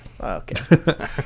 Okay